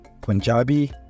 Punjabi